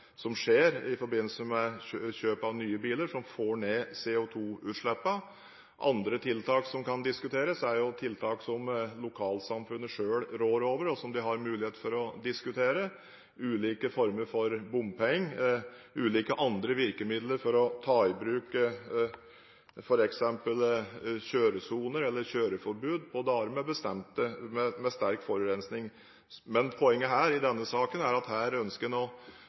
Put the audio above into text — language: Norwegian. skjer i forbindelse med kjøp av nye biler som får ned CO2-utslippene. Andre tiltak som kan diskuteres, er tiltak som lokalsamfunnet selv rår over, og som de har mulighet til å diskutere: ulike former for bompenger eller ulike andre virkemidler for å ta i bruk f.eks. kjøresoner eller kjøreforbud på dager med sterk forurensning. Poenget i denne saken er at her ønsker